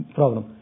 problem